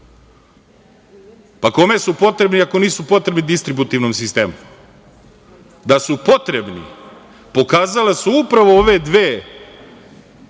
Kome su potrebni, ako nisu potrebni distributivnom sistemu? Da su potrebni pokazale su upravo ove dve